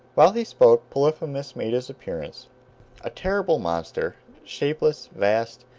while he spoke polyphemus made his appearance a terrible monster, shapeless, vast,